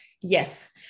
Yes